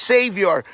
Savior